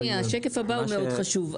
השקף הבא הוא מאוד חשוב.